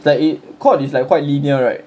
is like it C_O_D is like quite linear right